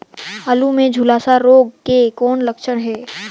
आलू मे झुलसा रोग के कौन लक्षण हे?